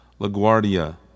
LaGuardia